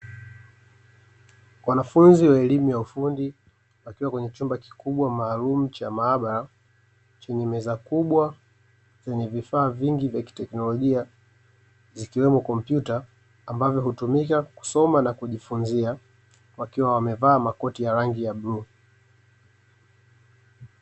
Wanafunzi wa elimu ya ufundi wakiwa kwenye chumba kikubwa maalum cha maabara, chenye meza kubwa zenye vifaa vingi vya kiteknolojia zikiwemo komputa ambavyo hutumika kusoma na kujifunzia, wakiwa wamevaa makoti ya rangi ya bluu.